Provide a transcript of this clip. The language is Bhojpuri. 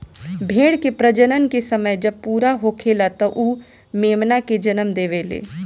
भेड़ के प्रजनन के समय जब पूरा होखेला त उ मेमना के जनम देवेले